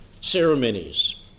ceremonies